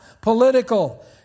political